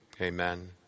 Amen